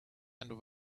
and